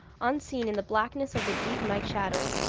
unseen in the blackness of the deep night shadows,